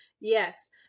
yes